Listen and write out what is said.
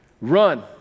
Run